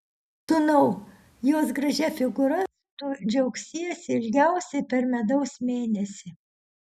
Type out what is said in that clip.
sūnau jos gražia figūra tu džiaugsiesi ilgiausiai per medaus mėnesį